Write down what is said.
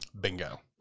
Bingo